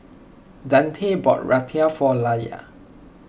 Deante bought Raita for Lella